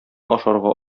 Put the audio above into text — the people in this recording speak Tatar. ашарга